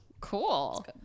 cool